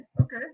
okay